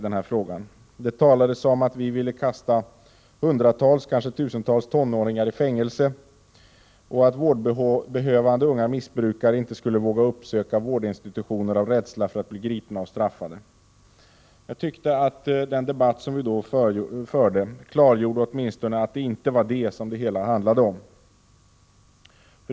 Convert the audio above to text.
Det talades om att vi ville kasta hundratals, kanske tusentals tonåringar i fängelse och att vårdbehövande unga missbrukare inte skulle våga uppsöka vårdinstitutioner av rädsla för att bli gripna och straffade. Jag tyckte att den debatt som vi då förde klargjorde åtminstone att det inte var detta som det hela handlade om.